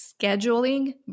scheduling